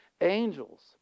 angels